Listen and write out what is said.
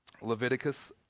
Leviticus